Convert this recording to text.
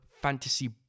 fantasy